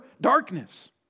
darkness